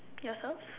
yourself